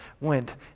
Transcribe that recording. went